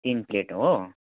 तिन प्लेट हो